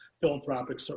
philanthropic